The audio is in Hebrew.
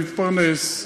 מתפרנס,